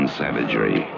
savagery